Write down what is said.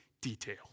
detail